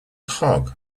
hogg